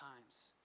times